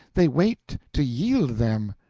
they wait to yield them.